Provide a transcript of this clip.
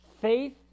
Faith